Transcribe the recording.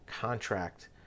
contract